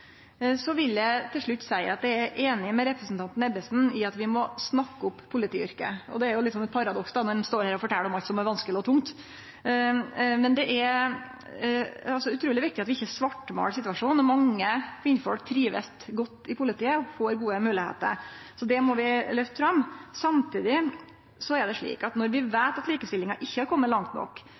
Eg vil til slutt seie at eg er einig med representanten Ebbesen i at vi må snakke opp politiyrket. Då er det jo eit paradoks at ein står her og fortel om alt som er vanskeleg og tungt, men det er utruleg viktig at vi ikkje svartmålar situasjonen. Mange kvinnfolk trivst godt i politiet og får gode moglegheiter, så det må vi løfte fram. Samtidig er det slik at når vi veit at likestillinga ikkje er komen langt nok,